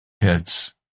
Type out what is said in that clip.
heads